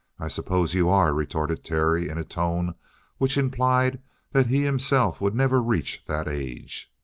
i suppose you are, retorted terry, in a tone which implied that he himself would never reach that age.